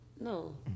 no